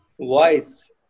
voice